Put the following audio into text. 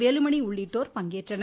வேலுமணி உள்ளிட்டோர் பங்கேற்றனர்